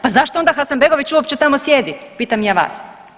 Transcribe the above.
Pa zašto onda Hasanbegović uopće tamo sjedi pitam ja vas?